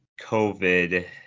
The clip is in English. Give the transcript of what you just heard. COVID